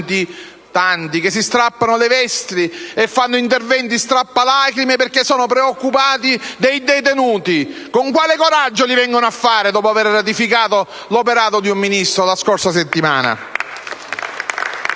tanti che si strappano le vesti e fanno interventi strappalacrime perché sono preoccupati dei detenuti: con quale coraggio li fanno, dopo aver ratificato l'operato del Ministro la scorsa settimana?